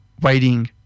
waiting